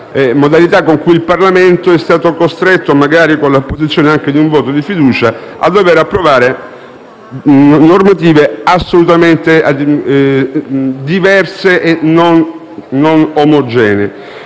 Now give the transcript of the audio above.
modalità con cui il Parlamento è stato costretto, magari con l'apposizione di un voto di fiducia, a dover approvare normative assolutamente diverse e non omogenee.